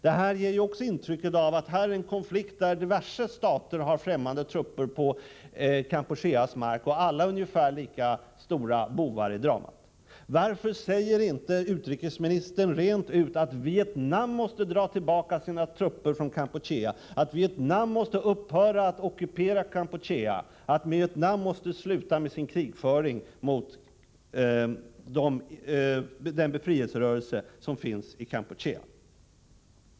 Man får intrycket att detta är en konflikt där diverse stater har främmande trupper på Kampucheas mark och att alla är ungefär lika stora bovar i dramat. Varför säger inte utrikesministern rent ut att Vietnam måste dra tillbaka sina trupper från Kampuchea, att Vietnam måste upphöra att ockupera Kampuchea och att Vietnam måste sluta med sin krigföring mot den befrielserörelse som finns i Kampuchea?